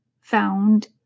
Found